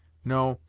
no,